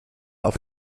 auf